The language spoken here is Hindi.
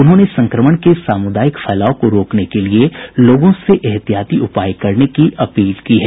उन्होंने संक्रमण के सामुदायिक फैलाव को रोकने के लिए लोगों से ऐहतियाती उपाय करने की अपील की है